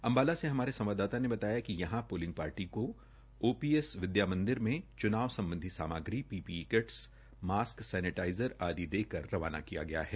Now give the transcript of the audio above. अंबाला से हमारे संवाददाता ने बताया कि यहां पोलिंग पार्टी को ओपीएस विद्या मंदिर में चनाव संबंधी सामग्री पीपीई किटस मास्क सैनेटाईजर आदि दे कर रवाना किया है